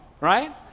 Right